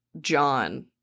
John